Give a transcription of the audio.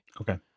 Okay